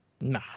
Nah